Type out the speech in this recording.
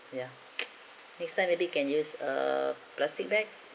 ya next time maybe can use uh plastic bag